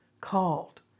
called